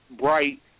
bright